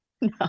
no